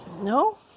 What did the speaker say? no